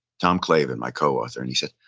tom clavin, my co-author, and he said,